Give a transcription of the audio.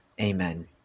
Amen